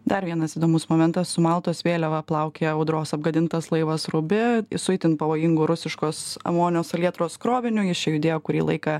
dar vienas įdomus momentas su maltos vėliava plaukioja audros apgadintas laivas rubi su itin pavojingu rusiškos amonio salietros kroviniu jis čia judėjo kurį laiką